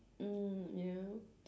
mm ya